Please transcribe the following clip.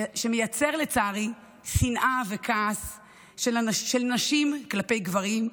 שמייצר לצערי שנאה וכעס של נשים כלפי גברים,